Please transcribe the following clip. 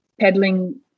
peddling